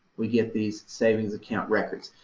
we get these savings account records.